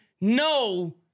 No